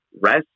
rest